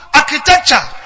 architecture